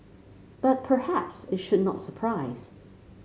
but perhaps it should not surprise